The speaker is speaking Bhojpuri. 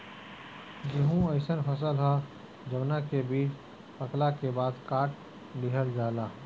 गेंहू अइसन फसल ह जवना के बीज पकला के बाद काट लिहल जाला